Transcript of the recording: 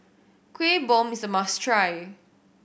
Kueh Bom is a must try